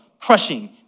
crushing